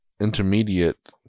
intermediate